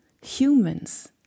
humans